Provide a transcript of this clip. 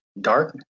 dark